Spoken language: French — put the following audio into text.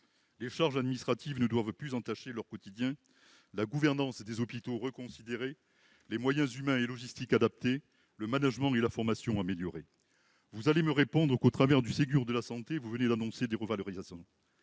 les charges administratives ne doivent plus entacher leur quotidien ; la gouvernance des hôpitaux doit être reconsidérée ; les moyens humains et logistiques adaptés ; le management et la formation améliorés. Le Gouvernement va me répondre qu'il vient, au travers du Ségur de la santé, d'annoncer des revalorisations.